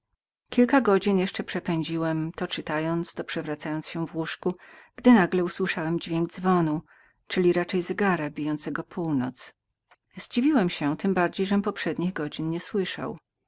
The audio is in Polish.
kilka godzin jeszcze przepędziłem to czytając to przewracając się w łóżku gdym nagle usłyszał dźwięk dzwonu czyli raczej zegaru bijącego północ zdziwiłem się tem bardziej żem poprzednich godzin nie słyszał